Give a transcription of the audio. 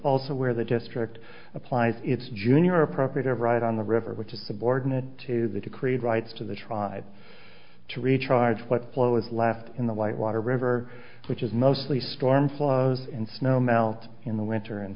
also where the district applies it's junior appropriate of right on the river which is subordinate to the creed rights to the tried to recharge what flow is left in the white water river which is mostly storm flows and snow melt in the winter and